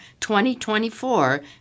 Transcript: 2024